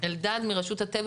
אלדד מרשות הטבע